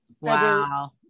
Wow